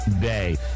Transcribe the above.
day